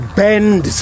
bend